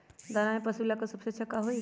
दाना में पशु के ले का सबसे अच्छा होई?